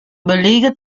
belege